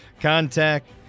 Contact